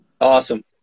Awesome